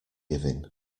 giving